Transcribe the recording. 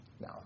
Now